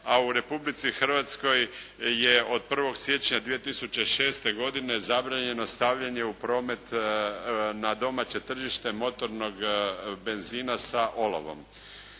a u Republici Hrvatskoj je od 1. siječnja 2006. godine zabranjeno stavljanje u promet na domaće tržište motornog benzina sa olovom.